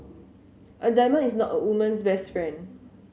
a diamond is not a woman's best friend